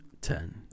Ten